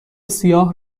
سیاه